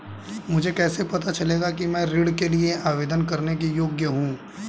मुझे कैसे पता चलेगा कि मैं ऋण के लिए आवेदन करने के योग्य हूँ?